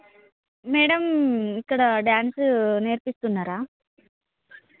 madam ఇక్కడ dance నేర్పిస్తున్నారా